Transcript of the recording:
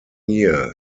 year